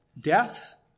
death